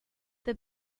this